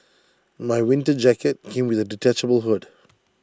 my winter jacket came with A detachable hood